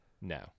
No